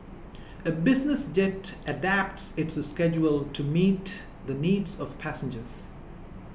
a business jet adapts its schedule to meet the needs of passengers